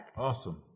Awesome